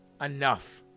enough